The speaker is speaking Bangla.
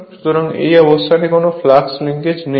সুতরাং এই অবস্থানে কোন ফ্লাক্স লিংকেজ নেই